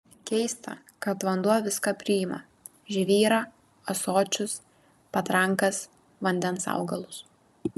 keista kad vanduo viską priima žvyrą ąsočius patrankas vandens augalus